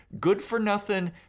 good-for-nothing